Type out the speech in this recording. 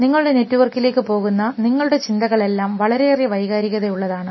നിങ്ങളുടെ നെറ്റ്വർക്കിലേക്ക് പോകുന്ന നിങ്ങളുടെ ചിന്തകൾ എല്ലാം വളരെയേറെ വൈകാരികത ഉള്ളതാണ്